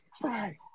try